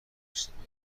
اجتماعی